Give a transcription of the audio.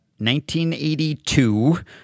1982